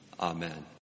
Amen